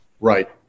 Right